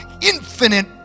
infinite